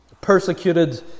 persecuted